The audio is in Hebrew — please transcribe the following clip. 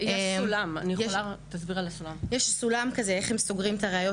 יש סולם כזה איך הם סוגרים את הראיות,